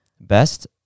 Best